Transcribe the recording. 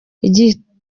igisirikare